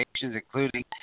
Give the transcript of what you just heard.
including